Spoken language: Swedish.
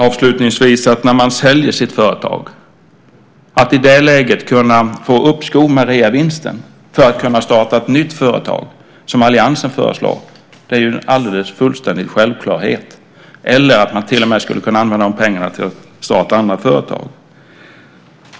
Avslutningsvis vill jag säga detta: Att i det läge då man säljer sitt företag kunna få uppskov med reavinsten för att kunna starta ett nytt företag, som alliansen föreslår, är en fullständig självklarhet. Man skulle till och med kunna använda de pengarna till att starta andra företag.